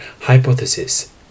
hypothesis